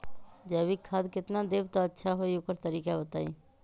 जैविक खाद केतना देब त अच्छा होइ ओकर तरीका बताई?